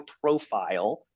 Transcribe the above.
profile